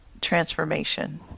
transformation